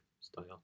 style